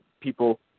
people